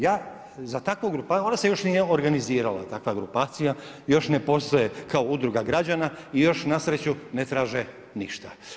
Ja za takvu, ona se još nije organizirala takva grupacija još ne postoje kao udruga građana i još na sreću ne traže ništa.